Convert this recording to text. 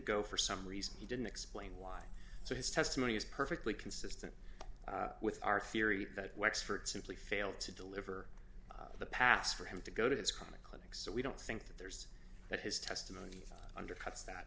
go for some reason he didn't explain why so his testimony is perfectly consistent with our theory that wexford simply failed to deliver the past for him to go to his chronic clinic so we don't think that there's that his testimony undercuts that